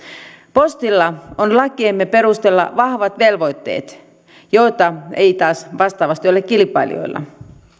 postilla on lakiemme perusteella vahvat velvoitteet joita ei taas vastaavasti ole kilpailijoilla